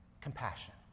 Compassion